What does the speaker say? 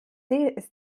ist